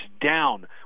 down